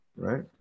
Right